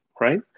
right